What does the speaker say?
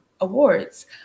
awards